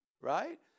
Right